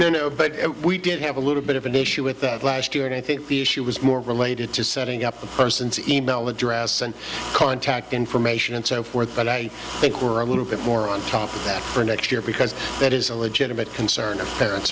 know but we did have a little bit of an issue with that last year and i think the issue was more related to setting up the person's email address and contact information and so forth but i think we're a little bit more on top of that for next year because that is a legitimate concern of parents